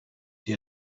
die